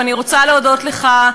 ואני רוצה להודות לך,